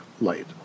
light